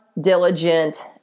diligent